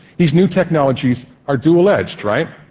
these new technologies are dual-edged, right?